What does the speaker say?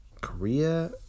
Korea